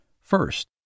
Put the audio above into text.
First